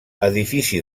edifici